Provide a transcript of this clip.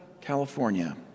California